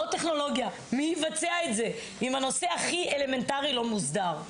לא יהיה מי שיבצע את זה אם הנושא הכי אלמנטרי לא מוסדר.